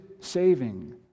saving